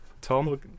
Tom